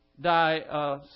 die